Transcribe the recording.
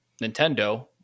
Nintendo